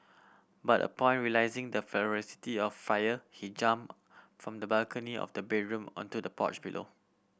but upon realising the ferocity of fire he jumped from the balcony of the bedroom onto the porch below